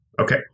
Okay